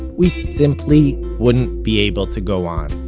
we simply wouldn't be able to go on.